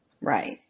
Right